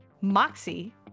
Moxie